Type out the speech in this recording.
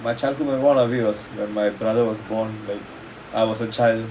my childhood one of it was when my brother was born I was a child